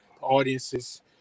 audiences